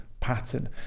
Pattern